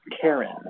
Karen